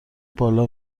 بالا